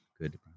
good